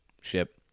ship